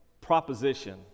proposition